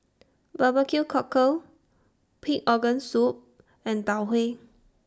Barbecue Cockle Pig Organ Soup and Tau Huay